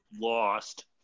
lost